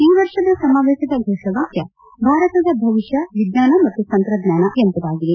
ಈ ವರ್ಷದ ಸಮಾವೇಶದ ಘೋಷವಾಕ್ಯ ಭಾರತದ ಭವಿಷ್ಯ ವಿಜ್ಞಾನ ಮತ್ತು ತಂತ್ರಜ್ಞಾನ ಎಂಬುದಾಗಿದೆ